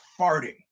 farting